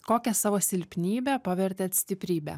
kokią savo silpnybę pavertėt stiprybe